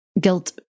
guilt